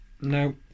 No